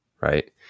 right